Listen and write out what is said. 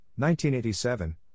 1987